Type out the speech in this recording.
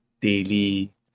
daily